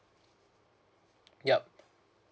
yup